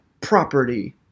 property